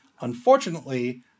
Unfortunately